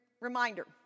Reminder